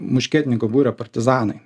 muškietininkų būrio partizanai